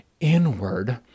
inward